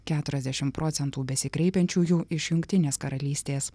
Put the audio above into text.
keturiasdešimt procentų besikreipiančiųjų iš jungtinės karalystės